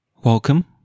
Welcome